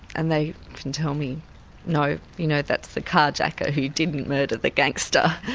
and they can tell me no, you know that's the car-jacker who didn't murder the gangster.